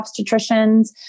obstetricians